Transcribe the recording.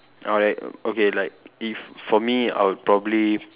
alright okay like if for me I would probably